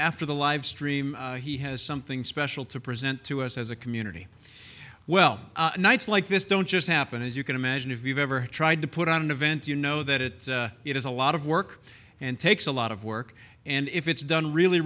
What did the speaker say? after the live stream he has something special to present to us as a community well nights like this don't just happen as you can imagine if you've ever tried to put on an event you know that it is a lot of work and takes a lot of work and if it's done really